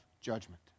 judgment